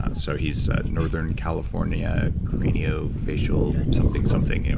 ah and so he's a northern california cranio-facial something, something.